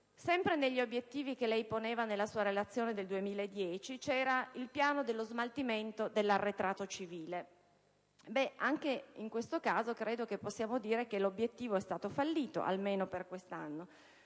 Sempre negli obiettivi da lei posti nella relazione del 2010 compariva il piano dello smaltimento dell'arretrato civile. Anche in tal caso credo che possiamo dire che l'obiettivo è stato fallito, almeno per quest'anno.